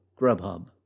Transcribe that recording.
Grubhub